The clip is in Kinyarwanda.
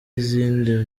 izindi